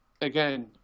again